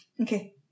Okay